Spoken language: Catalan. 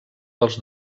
dels